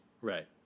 Right